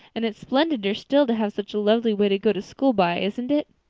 and it's splendider still to have such a lovely way to go to school by, isn't it?